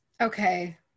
Okay